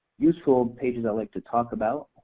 useful pages i like to talk about.